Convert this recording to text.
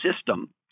system